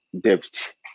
depth